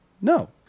No